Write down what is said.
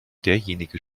derjenige